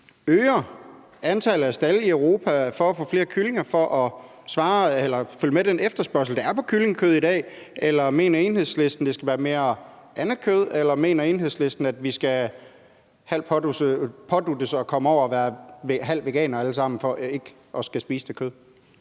øger antallet af stalde i Europa for at få flere kyllinger for at følge med den efterspørgsel, der er på kyllingekød i dag? Eller mener Enhedslisten, at det skal være mere andekød? Eller mener Enhedslisten, at vi alle sammen skal påduttes at være halvt veganere for ikke at skulle spise det kød?